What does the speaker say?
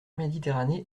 méditerranée